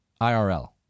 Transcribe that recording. IRL